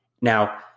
Now